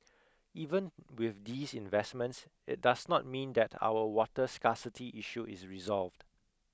even with these investments it does not mean that our water scarcity issue is resolved